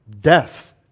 Death